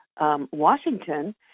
Washington